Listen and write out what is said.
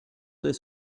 this